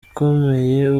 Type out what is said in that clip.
ikomeye